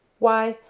why,